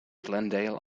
glendale